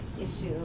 issue